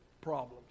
problems